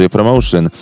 Promotion